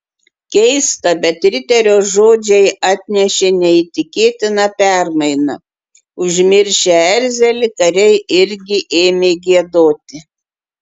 keista bet riterio žodžiai atnešė neįtikėtiną permainą užmiršę erzelį kariai irgi ėmė giedoti